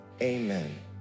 amen